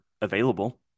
available